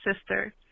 sister